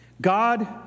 God